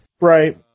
Right